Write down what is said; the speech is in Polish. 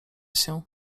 się